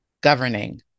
governing